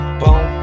boom